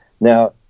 Now